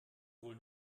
wohl